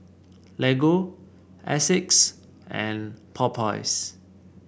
Lego Asics and Popeyes